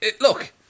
look